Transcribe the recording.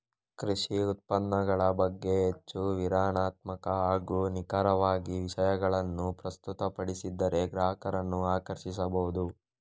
ಕೃಷಿ ಉತ್ಪನ್ನಗಳ ಬಗ್ಗೆ ಹೆಚ್ಚು ವಿವರಣಾತ್ಮಕ ಹಾಗೂ ನಿಖರವಾಗಿ ವಿಷಯಗಳನ್ನು ಪ್ರಸ್ತುತಪಡಿಸಿದರೆ ಗ್ರಾಹಕರನ್ನು ಆಕರ್ಷಿಸಬಹುದು